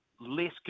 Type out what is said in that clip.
less